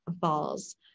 falls